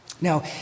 Now